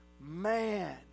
Man